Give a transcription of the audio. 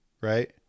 right